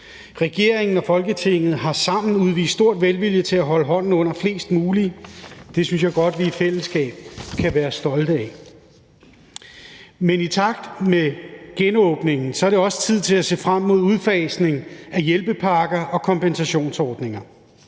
Regeringen og Folketinget har sammen udvist stor velvilje til at holde hånden under flest mulige – det synes jeg godt vi i fællesskab kan være stolte af. I takt med genåbningen er det også tid til at se frem mod udfasning af hjælpepakker og kompensationsordninger.